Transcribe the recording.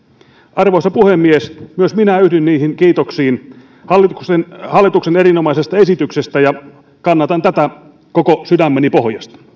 arvoisa puhemies myös minä yhdyn kiitoksiin hallituksen hallituksen erinomaisesta esityksestä ja kannatan tätä koko sydämeni pohjasta